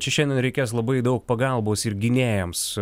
čia šiandien reikės labai daug pagalbos ir gynėjams